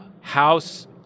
House